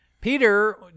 Peter